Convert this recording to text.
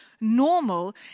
normal